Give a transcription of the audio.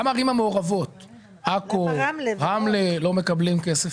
למה ערים מעורבות כמו עכו ורמלה לא מקבלות כסף?